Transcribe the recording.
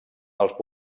als